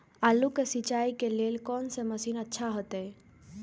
आलू के सिंचाई के लेल कोन से मशीन अच्छा होते?